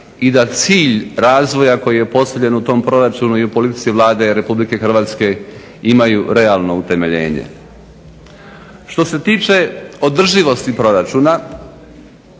i da cilj razvoja koji je postavljen u tom proračunu i politici Vlade RH imaju realno utemeljenje. Što se tiče održivosti proračuna